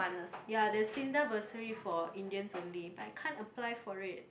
ya the Sinda bursary for Indians only but I can't apply for it